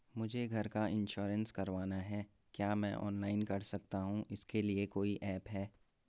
मुझे घर का इन्श्योरेंस करवाना है क्या मैं ऑनलाइन कर सकता हूँ इसके लिए कोई ऐप है?